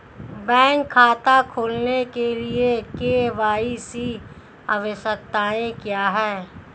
Bank खाता खोलने के लिए के.वाई.सी आवश्यकताएं क्या हैं?